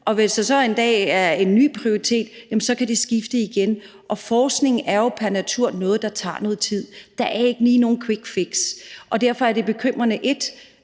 Og hvis der så en dag er en ny prioritering, så kan det skifte igen. Og forskning er jo pr. natur noget, der tager noget tid. Der er ikke lige noget quick fix. Derfor er det bekymrende,